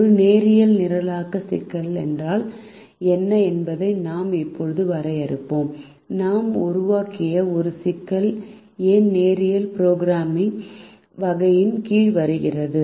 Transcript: ஒரு நேரியல் நிரலாக்க சிக்கல் என்றால் என்ன என்பதை நாம் இப்போது வரையறுப்போம் நாம் உருவாக்கிய இந்த சிக்கல் ஏன் நேரியல் புரோகிராமி வகையின் கீழ் வருகிறது